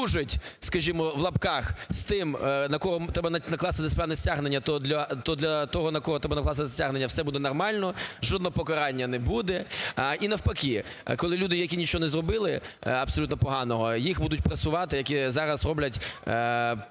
скажімо, з тим, на кого треба накласти дисциплінарне стягнення, то для того, на кого треба накласти стягнення, все буде нормально, жодного покарання не буде. І навпаки, коли люди, які нічого не зробили абсолютно поганого, їх будуть пресувати, як зараз роблять повністю